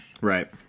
right